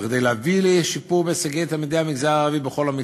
כדי להביא לשיפור בהישגי תלמידי המגזר הערבי בכל המקצועות,